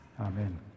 Amen